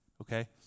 Okay